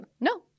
No